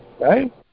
Right